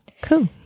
cool